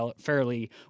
fairly